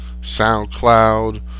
SoundCloud